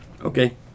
Okay